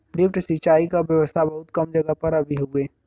lift सिंचाई क व्यवस्था बहुत कम जगह पर अभी हउवे